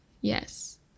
yes